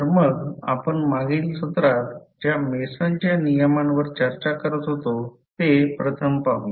तर मग आपण मागील सत्रात ज्या मेसनच्या नियमांवर चर्चा करत होतो ते प्रथम पाहुया